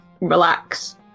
relax